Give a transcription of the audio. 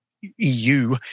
EU